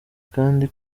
kandi